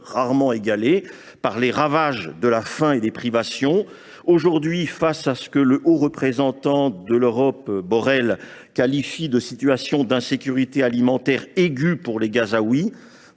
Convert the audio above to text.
rarement égalée, ainsi que par les ravages de la faim et des privations. Aujourd’hui, face à ce que le Haut Représentant de l’Union européenne, Josep Borrell, qualifie de situation d’insécurité alimentaire aiguë pour les Gazaouis